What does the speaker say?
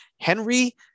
Henry